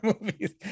movies